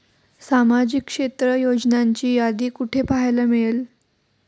सामाजिक क्षेत्र योजनांची यादी कुठे पाहायला मिळेल?